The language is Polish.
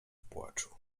płaczu